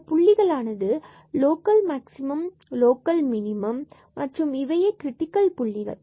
இந்தப் ab புள்ளிகளானது local maximum அல்லது லோக்கல் மினிமம் மற்றும் இவையே கிரிட்டிக்கல் புள்ளிகள்